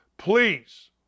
Please